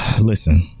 Listen